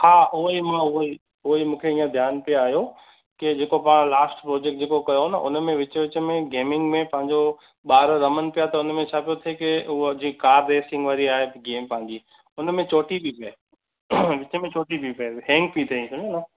हा उहेई मां उहेई उहेई मूंखे हीअंर ध्यानु पियो आयो के जेको पाण लास्ट प्रोजेक्ट जेको कयो न उनमें विच विच में गेमिंग में ॿार रमन पिया त उनमें छा पियो थिए के हूअ जेकी कार रेसिंग वारी आहे गेम पंहिंजी उनमें चोटी पई पए विचमें चोटी पई पए हेंग पई थिए